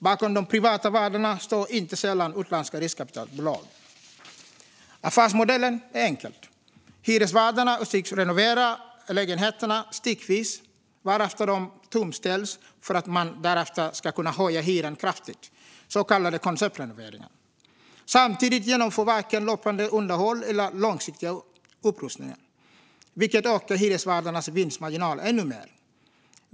Bakom de privata värdarna står inte sällan utländska riskkapitalbolag. Affärsmodellen är enkel: Hyresvärdarna ytskiktsrenoverar lägenheterna styckvis, varefter de tomställs för att man därefter ska kunna höja hyran kraftigt. Det är så kallade konceptrenoveringar. Samtidigt genomförs varken löpande underhåll eller långsiktig upprustning, vilket ökar hyresvärdarnas vinstmarginal ännu mer.